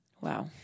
Wow